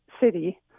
city